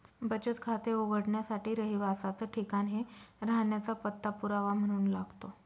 बचत खाते उघडण्यासाठी रहिवासाच ठिकाण हे राहण्याचा पत्ता पुरावा म्हणून लागतो